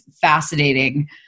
fascinating